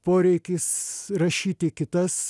poreikis rašyti kitas